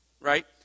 right